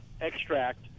extract